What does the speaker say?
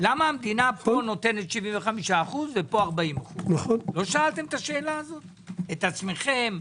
למה פה המדינה נותנת 75% ופה 40% - לא שאלתם את זה את עצמכם,